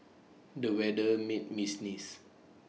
the weather made me sneeze